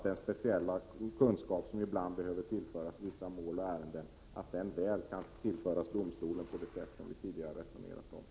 Den speciella kunskap som ibland behöver tillföras vissa mål och ärenden kan tillföras målen på det sätt som vi tidigare resonerat om.